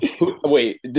Wait